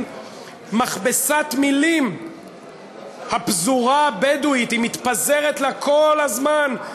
מכבסת מילים "הפזורה הבדואית" היא מתפזרת לה כל הזמן,